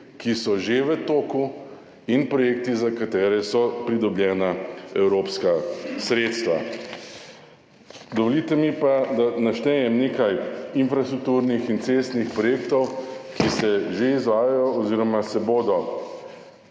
ki so že v toku, in projekti, za katere so pridobljena evropska sredstva. Dovolite mi pa, da naštejem nekaj infrastrukturnih in cestnih projektov ki se že izvajajo oziroma se bodo